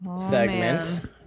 segment